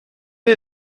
est